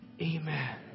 Amen